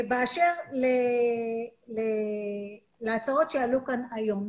באשר להצעות שעלו כאן היום.